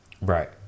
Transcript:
Right